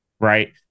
Right